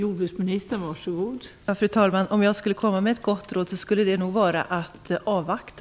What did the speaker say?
Fru talman! Om jag skulle komma med ett gott råd, skulle det nog vara att man bör avvakta.